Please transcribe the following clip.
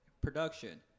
production